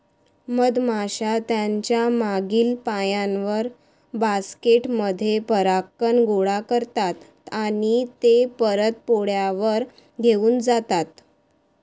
मधमाश्या त्यांच्या मागील पायांवर, बास्केट मध्ये परागकण गोळा करतात आणि ते परत पोळ्यावर घेऊन जातात